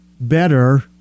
better